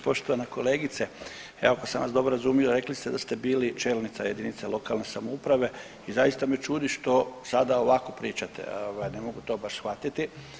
Poštovana kolegice ako sam vas dobro razumio rekli ste da ste bili čelnica jedinice lokalne samouprave i zaista me čudi što sada ovako pričate … [[ne razumije se]] shvatiti.